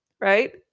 right